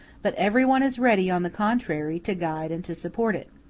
but every one is ready, on the contrary, to guide and to support it.